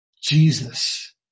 Jesus